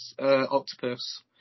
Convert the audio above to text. octopus